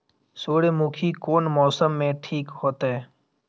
सूर्यमुखी कोन मौसम में ठीक होते?